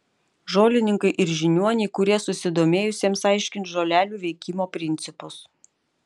žolininkai ir žiniuoniai kurie susidomėjusiems aiškins žolelių veikimo principus